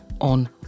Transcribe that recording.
on